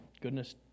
Goodness